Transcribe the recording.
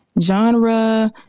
genre